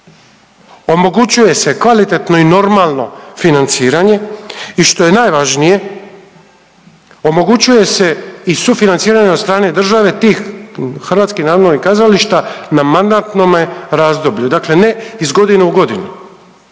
omogućuje se kvalitetno i normalno financiranje i što je najvažnije omogućuje se i sufinanciranje od strane države tih HNK-a na mandatnome razdoblju, dakle ne iz godine u godinu,